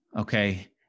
Okay